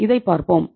இதை பார்ப்போம்